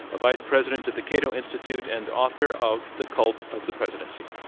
ah vice president of the cato institute and author of the cult of the presidency.